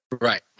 Right